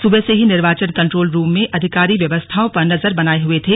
सुबह से ही निर्वाचन कंट्रोल रूम में अधिकारी व्यवस्थाओं पर नजर बनाये हुए थे